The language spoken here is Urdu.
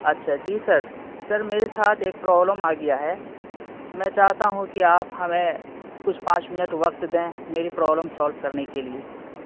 اچھا جی سر سر میرے ساتھ ایک پرابلم آ گیا ہے میں چاہتا ہوں کہ آپ ہمیں کچھ پانچ منٹ وقت دیں میری پرابلم سولو کرنے کے لیے